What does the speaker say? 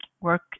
work